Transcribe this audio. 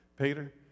Peter